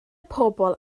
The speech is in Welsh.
pobl